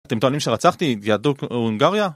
אתם טוענים שרצחתי יהדות הונגריה?